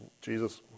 Jesus